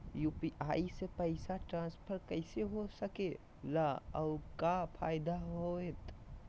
UPI से पैसा transfer कैसे हो सके ला और का फायदा होएत?